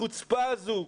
החוצפה הזאת,